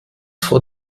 vor